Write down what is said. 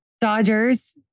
Dodgers